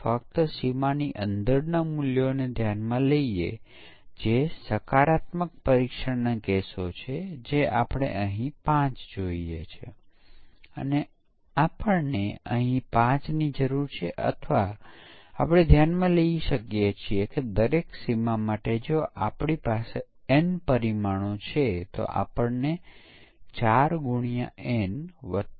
જવાબ એ છે કે કિંમત ખૂબ વધશે કારણ કે જ્યારે તમે સિસ્ટમનું પરીક્ષણ કરો છો જેમાં હજારો મોડ્યુલો હોઈ શકે છે અને તમે તે નિષ્ફળતાને સુધારવા જાવ ત્યારે તમારે બગ ક્યાં છે તે શોધવાનું રહેશે તમારે ડિબગ કરવું પડશે અને પછી તમે ભૂલ ક્યાં છે તે શોધવાનો પ્રયાસ કરતા તે તમામ હજાર મોડ્યુલોની તપાસ કરવી પડશે